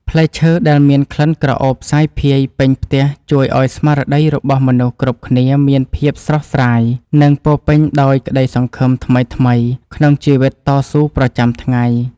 ផ្លែឈើដែលមានក្លិនក្រអូបសាយភាយពេញផ្ទះជួយឱ្យស្មារតីរបស់មនុស្សគ្រប់គ្នាមានភាពស្រស់ស្រាយ និង ពោរពេញដោយក្តីសង្ឃឹមថ្មីៗក្នុងជីវិតតស៊ូប្រចាំថ្ងៃ។